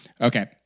Okay